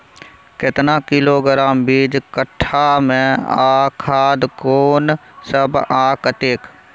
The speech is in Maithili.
केतना किलोग्राम बीज कट्ठा मे आ खाद कोन सब आ कतेक?